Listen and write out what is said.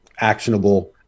actionable